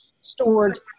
stored